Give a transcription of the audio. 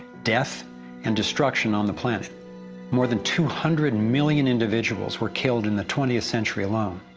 death and destruction on the planet more than two hundred million individuals were killed in the twentieth century alone.